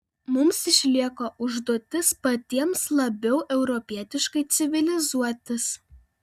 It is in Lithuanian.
mums išlieka užduotis patiems labiau europietiškai civilizuotis